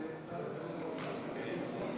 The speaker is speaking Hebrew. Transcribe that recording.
נמוך,